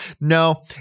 No